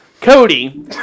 Cody